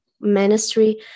ministry